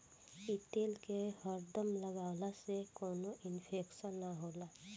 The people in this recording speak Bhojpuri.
इ तेल के हरदम लगवला से कवनो इन्फेक्शन ना होला